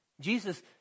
Jesus